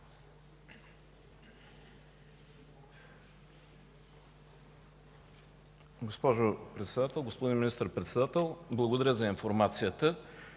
Госпожо Председател! Господин Министър-председател, благодаря за информацията.